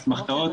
אסמכתאות